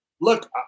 Look